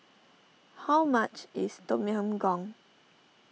how much is Tom Yam Goong